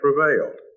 prevailed